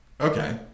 okay